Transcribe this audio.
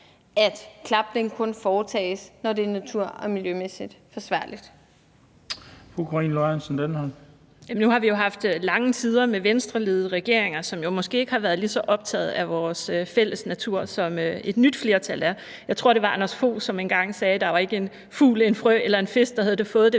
Karina Lorentzen Dehnhardt (SF): Nu har vi jo haft lange tider med Venstreledede regeringer, som jo måske ikke har været lige så optaget af vores fælles natur, som et nyt flertal er. Jeg tror, det var Anders Fogh, som engang sagde, at der ikke var en fugl, en frø eller en fisk, der havde fået det